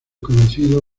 conocido